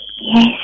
Yes